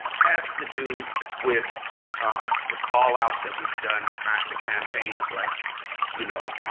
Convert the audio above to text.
has to do with um the callouts that we've done, the kind of the campaigns, like you know,